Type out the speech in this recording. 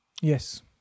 yes